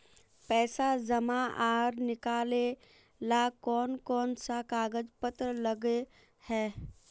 पैसा जमा आर निकाले ला कोन कोन सा कागज पत्र लगे है?